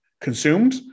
consumed